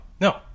no